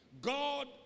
God